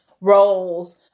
roles